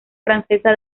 francesa